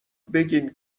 بگین